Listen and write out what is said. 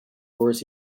oars